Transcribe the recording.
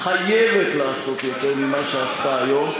חייבת לעשות יותר ממה שעשתה היום,